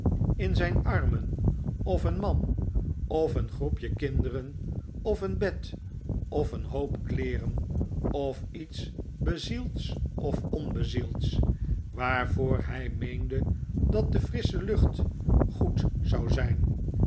in zijn armen of een man of een groepje kinderen of een bed of een hoop kleeren of iets bezields of onbezields waarvoor hij meende dat de frissche lucht goed zou zijn